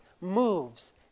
moves